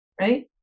right